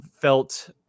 felt